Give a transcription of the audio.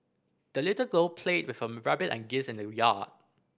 the little girl played with her rabbit and geese in the yard